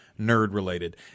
nerd-related